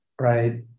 right